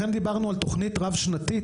לכן דיברנו על תוכנית רב שנתית,